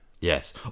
yes